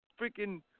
freaking